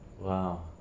Wow